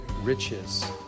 riches